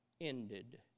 ended